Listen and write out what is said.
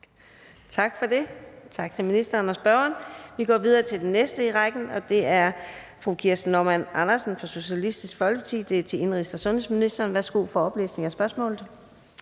Tak for det. Tak til ministeren og spørgeren. Vi går videre til den næste i rækken, og det er fru Kirsten Normann Andersen fra Socialistisk Folkeparti med spørgsmål til indenrigs- og sundhedsministeren. Kl. 13:27 Spm.